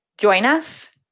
join us.